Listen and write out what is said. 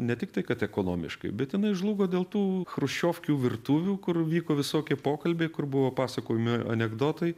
ne tiktai kad ekonomiškai bet jinai žlugo dėl tų chruščiovkių virtuvių kur vyko visokie pokalbiai kur buvo pasakojami anekdotai